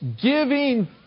giving